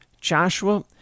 Joshua